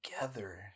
together